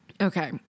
Okay